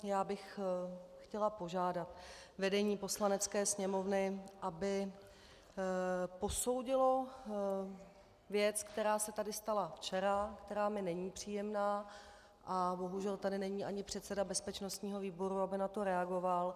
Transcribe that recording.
Já bych chtěla požádat vedení Poslanecké sněmovny, aby posoudilo věc, která se tady stala včera, která mi není příjemná, a bohužel tady není ani předseda bezpečnostního výboru, aby na to reagoval.